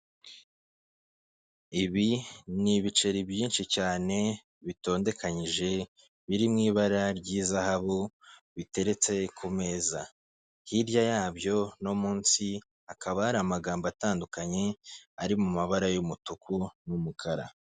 Ibi ni ibiceri byinshi cyane bitondekanyije, biri mu ibara ry'izahabu, biteretse ku meza. Hirya yabyo no munsi, hakaba hari amagambo atandukanye ari mu mabara y'umutuku n'umukara.